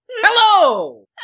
Hello